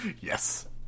Yes